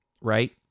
right